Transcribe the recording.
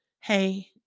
hey